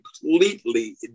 completely